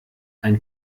ein